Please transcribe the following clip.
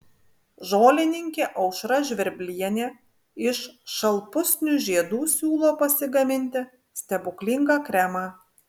žolininkė aušra žvirblienė iš šalpusnių žiedų siūlo pasigaminti stebuklingą kremą